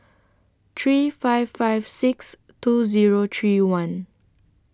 three five five six two Zero three one